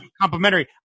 complimentary